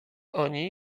oni